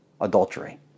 adultery